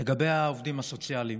לגבי העובדים הסוציאליים,